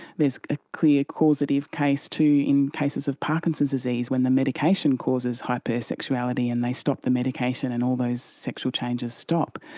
there's a clear causative case too in cases of parkinson disease when the medication causes hypersexuality and they stop the medication and all those sexual changes stop.